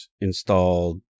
installed